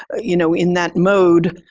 you know, in that mode,